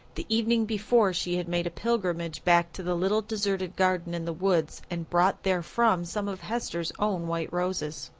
the evening before she had made a pilgrimage back to the little deserted garden in the woods and brought therefrom some of hester's own white roses.